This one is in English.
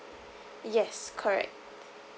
yes correct